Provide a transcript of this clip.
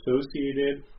associated